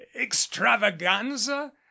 extravaganza